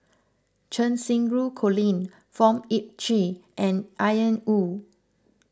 Cheng Xinru Colin Fong Sip Chee and Ian Woo